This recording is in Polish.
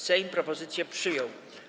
Sejm propozycję przyjął.